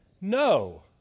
No